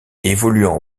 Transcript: évoluant